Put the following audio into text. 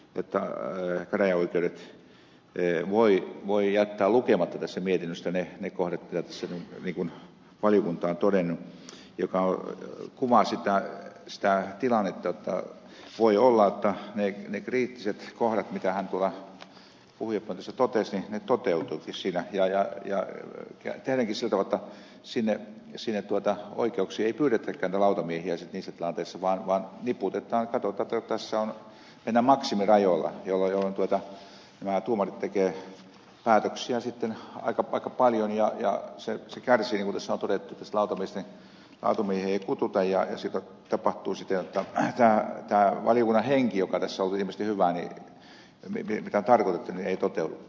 hän totesi että käräjäoikeudet voivat jättää lukematta tästä mietinnöstä ne kohdat mitä tässä valiokunta on todennut mikä kuvaa sitä tilannetta jotta voi olla jotta ne kriittiset kohdat mitä hän tuolta puhujapöntöstä totesi ne toteutuvatkin siinä ja tehdäänkin sillä tavalla jotta oikeuksiin ei pyydetäkään lautamiehiä niissä tilanteissa vaan niputetaan ja mennään maksimirajoilla jolloin tuomarit tekevät päätöksiä aika paljon ja päätöksenteko kärsii ja niin kuin tässä on todettu lautamiehiä ei kutsuta ja tapahtuu siten jotta tämä valiokunnan henki joka tässä on ilmeisesti ollut hyvä ja mitä on tarkoitettu ei toteudukaan